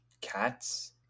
cats